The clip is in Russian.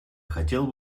хотела